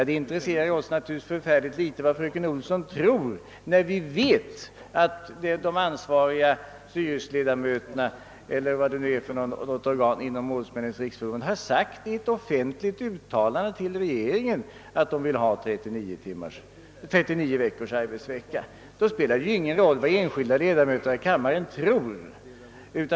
Det intresserar oss naturligtvis förfärligt litet vad fröken Olsson tror, när vi vet att de ansvariga styrelseledamöterna i ett offentligt uttalande till regeringen har förklarat, att de vill ha 39 veckors arbetsår. Då spelar det ingen roll vad enskilda ledamöter av kammaren tror.